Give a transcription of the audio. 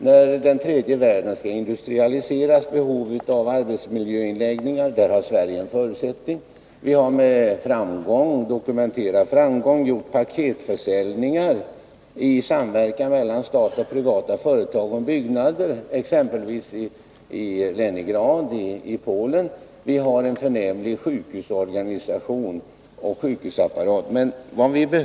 När tredje världen skall industrialiseras finns det behov av arbetsmiljöanläggningar, och där har svensk industri förutsättningar att vara med. Vi har med dokumenterad framgång genomfört paketförsäljningar i samverkan mellan staten och privata företag i fråga om byggnader, exempelvis i Leningrad och i Polen. Vi har en förnämlig sjukvårdsorganisation och sjukvårdsapparat, osv.